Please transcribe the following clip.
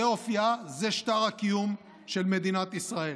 זה אופייה, זה שטר הקיום של מדינת ישראל.